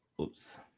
Oops